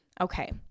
Okay